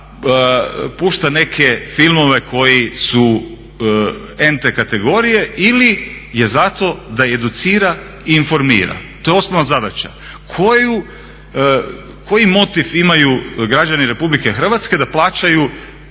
pušta neke filmove koji su ente kategorije ili je zato da educira i informira? To je osnovana zadaća koju, koji motiv imaju građani RH da plaćaju